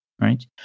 Right